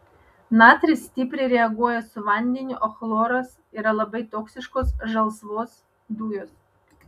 natris stipriai reaguoja su vandeniu o chloras yra labai toksiškos žalsvos dujos